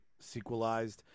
sequelized